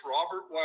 Robert